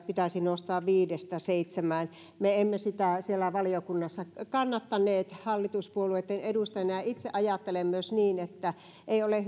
pitäisi nostaa viidestä seitsemään me emme sitä siellä valiokunnassa kannattaneet hallituspuolueitten edustajina ja itse ajattelen myös niin että ei ole